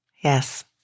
Yes